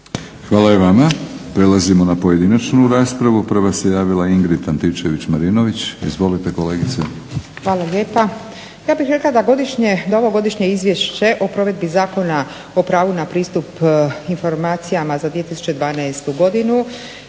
Hvala i vama. Prelazimo na pojedinačnu raspravu. Prva se javila Ingrid Antičević-Marinović. Izvolite kolegice. **Antičević Marinović, Ingrid (SDP)** Hvala lijepa. Ja bih rekla da ovo Godišnje izvješće o provedbi zakona o pravu na pristup informacijama za 2012. godinu